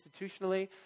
institutionally